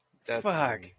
Fuck